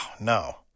no